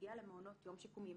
להגיע למעונות יום שיקומיים.